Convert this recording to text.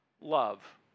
love